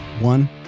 one